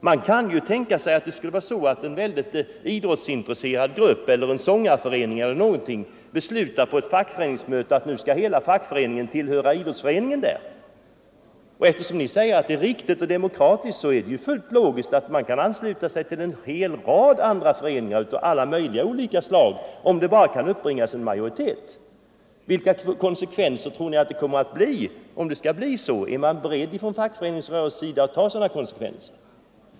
Man kan 1. ex. tänka sig att en mycket idrottsintresserad grupp beslutar på ett fackföreningsmöte att hela fackföreningen skall tillhöra idrottsföreningen där. Ni säger att det är fullt logiskt och demokratiskt att göra på det sättet. Man skulle alltså kunna ansluta sig till en hel rad andra föreningar, om det bara kan uppbringas en majoritet. Är man från fackföreningsrörelsens sida beredd att ta sådana konsekvenser?